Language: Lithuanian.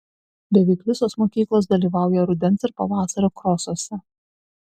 beveik visos mokyklos dalyvauja rudens ir pavasario krosuose